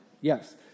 Yes